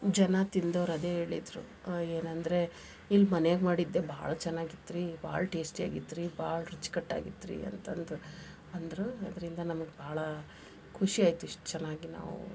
ಜನ ತಿಂದವ್ರು ಅದೇ ಹೇಳಿದ್ರು ಏನಂದರೆ ಇಲ್ಲಿ ಮನೇಗೆ ಮಾಡಿದ್ದೆ ಭಾಳ ಚೆನ್ನಾಗಿತ್ತು ರೀ ಭಾಳ ಟೇಸ್ಟಿಯಾಗಿತ್ತು ರೀ ಭಾಳ ರುಚ್ಕಟ್ಟಾಗಿತ್ತು ರೀ ಅಂತಂದು ಅಂದರು ಅದರಿಂದ ನಮಗೆ ಭಾಳ ಖುಷಿಯಾಯಿತು ಇಷ್ಟು ಚೆನ್ನಾಗಿ ನಾವು